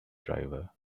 driver